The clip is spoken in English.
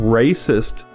racist